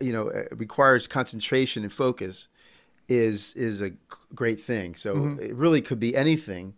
you know requires concentration and focus is a great thing so really could be anything